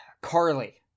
carly